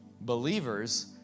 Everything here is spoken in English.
believers